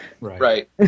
Right